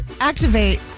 activate